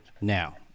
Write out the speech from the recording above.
now